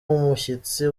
umushyitsi